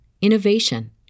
innovation